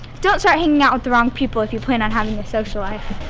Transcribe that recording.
don't start hanging out with the wrong people if you plan on having a social life.